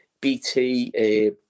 BT